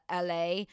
LA